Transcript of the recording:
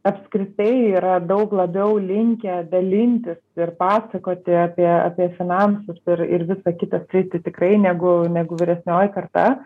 apskritai yra daug labiau linkę dalintis ir pasakoti apie apie finansus ir ir visą kitą sritį tikrai negu negu vyresnioji karta